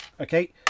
Okay